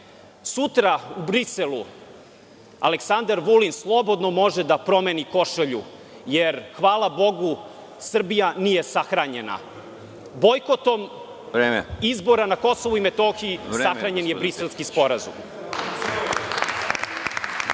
u Briselu Aleksandar Vulin slobodno može da promeni košulju, jer, hvala Bogu, Srbija nije sahranjena. Bojkotom izbora na Kosovu i Metohiji sahranjen je Briselski sporazum.